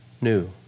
new